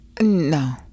No